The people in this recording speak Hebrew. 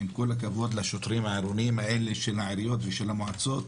עם כל הכבוד לשוטרים העירוניים האלה של העיריות ושל המועצות,